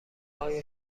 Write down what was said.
آیا